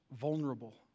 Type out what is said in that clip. vulnerable